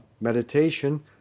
Meditation